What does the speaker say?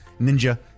Ninja